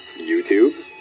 YouTube